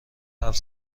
حرف